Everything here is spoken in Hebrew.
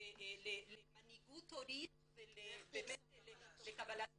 למנהיגות הורית ולקבלת כלים.